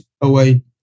away